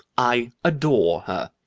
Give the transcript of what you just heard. i adore her.